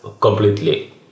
completely